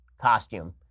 costume